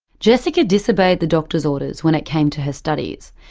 jessica disobeyed the doctor's orders when it came to her studies,